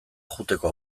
joateko